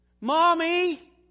Mommy